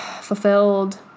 fulfilled